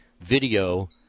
video